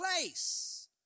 place